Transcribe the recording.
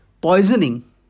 poisoning